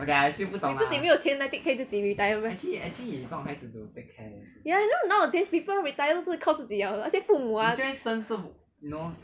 你自己没有钱来 take care 自己 retire meh ya you know now a days people retire 都是靠自己了了而且父母 ah